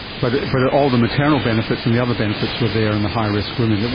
but but all the maternal benefits and the other benefits were there in the high risk women,